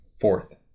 fourth